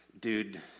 dude